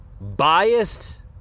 biased